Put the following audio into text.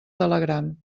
telegram